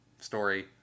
story